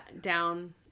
down